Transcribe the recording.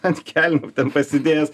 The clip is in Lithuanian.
ant kelnių ten pasidėjęs